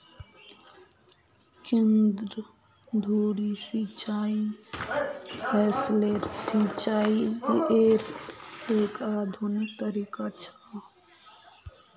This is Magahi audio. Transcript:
केंद्र धुरी सिंचाई फसलेर सिंचाईयेर एक आधुनिक तरीका छ